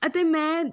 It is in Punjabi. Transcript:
ਅਤੇ ਮੈਂ